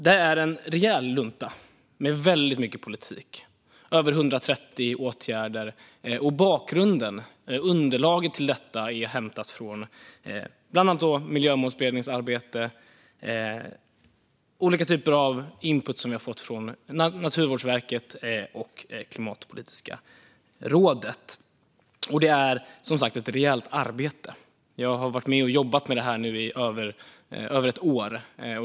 Det är en rejäl lunta med väldigt mycket politik - över 130 åtgärder. Underlaget till detta är hämtat från bland annat Miljömålsberedningens arbete och olika typer av input som vi har fått från Naturvårdsverket och Klimatpolitiska rådet. Det är, som sagt, ett rejält arbete. Jag har varit med och jobbat med detta i över ett år.